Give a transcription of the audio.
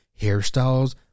hairstyles